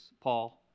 Paul